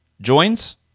joins